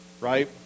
Right